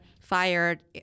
fired